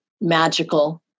magical